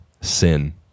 sin